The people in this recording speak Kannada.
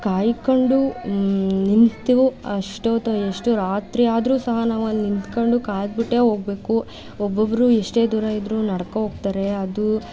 ಕಾಯ್ಕೊಂಡು ನಿಂತು ಅಷ್ಟೊತ್ತು ಎಷ್ಟು ರಾತ್ರಿಯಾದ್ರೂ ಸಹ ನಾವು ಅಲ್ಲಿ ನಿತ್ಕೊಂಡು ಕಾದ್ಬಿಟ್ಟೇ ಹೋಗಬೇಕು ಒಬ್ಬೊಬ್ಬರು ಎಷ್ಟೇ ದೂರವಿದ್ರೂ ನಡ್ಕೊ ಹೋಗ್ತಾರೆ ಅದು